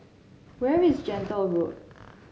where is Gentle Road